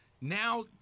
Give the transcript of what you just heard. now